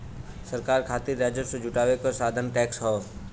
सरकार खातिर राजस्व जुटावे क साधन टैक्स हौ